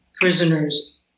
prisoners